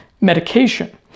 medication